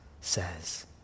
says